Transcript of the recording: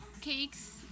cakes